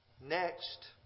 Next